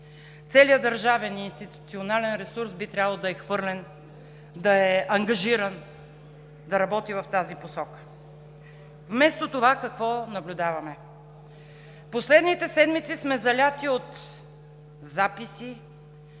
Целият държавен и институционален ресурс би трябвало да е ангажиран да работи в тази посока. Вместо това какво наблюдаваме? В последните седмици сме залети от записи,